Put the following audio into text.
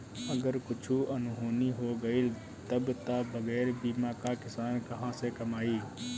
अगर कुछु अनहोनी हो गइल तब तअ बगैर बीमा कअ किसान कहां से कमाई